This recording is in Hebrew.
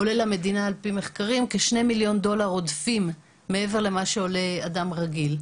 עולה למדינה כ-2 מיליון דולר עודפים לעומת אדם רגיל,